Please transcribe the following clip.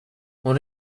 hon